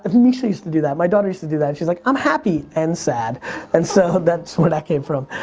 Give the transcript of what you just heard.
ah misha used to do that, my daughter used to do that. she's like i'm happy and sad and so that's where that came from.